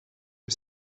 les